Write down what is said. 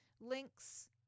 Links